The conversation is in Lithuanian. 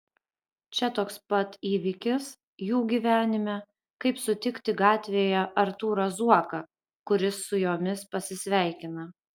čia toks pat įvykis jų gyvenime kaip sutikti gatvėje artūrą zuoką kuris su jomis pasisveikina